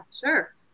sure